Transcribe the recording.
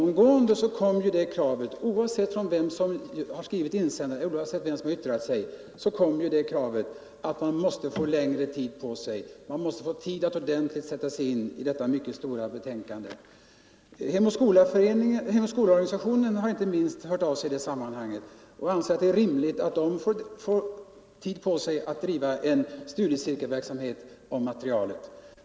Men oavsett vem som skriver insändarna och oavsett vem som yttrar sig framföres genomgående det kravet att man måste få längre tid på sig. Man måste få tid att ordentligt sätta sig in i detta mycket stora betänkande. Inte minst Riksförbundet Hem och skola har hört av sig i detta sammanhang och ansett det vara rimligt att förbundet får tid på sig att bedriva studiecirkelverksamhet omkring materialet.